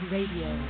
Radio